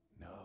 no